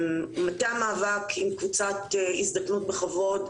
מטה המאבק, עם קבוצת "הזדקנות בכבוד",